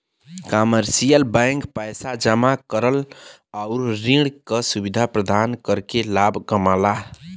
commercial bank पैसा जमा करल आउर ऋण क सुविधा प्रदान करके लाभ कमाला